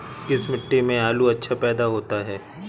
किस मिट्टी में आलू अच्छा पैदा होता है?